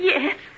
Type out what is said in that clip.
Yes